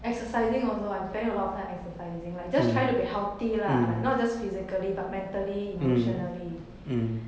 exercising also I'm spending a lot of time exercising like just trying to be healthy lah like not just physically but mentally emotionally